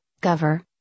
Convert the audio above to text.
cover